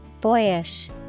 Boyish